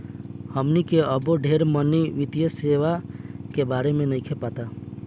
हमनी के अबो ढेर मनी वित्तीय सेवा के बारे में नइखे पता